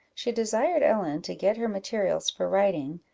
she desired ellen to get her materials for writing,